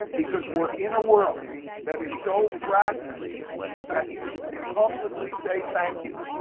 because we're in a world that is so fragmented that even to publicly say thank you,